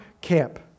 camp